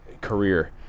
career